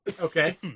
Okay